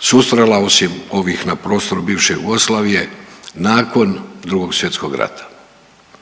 susrela osim ovih na prostoru bivše Jugoslavije nakon Drugog svjetskog rata